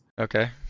okay